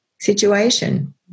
situation